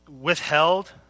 withheld